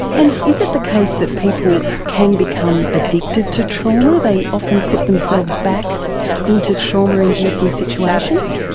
and is it the case that people can become addicted to trauma, they often put themselves back into trauma-inducing situations?